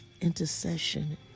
Intercession